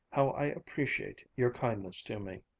how i appreciate your kindness to me!